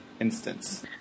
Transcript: instance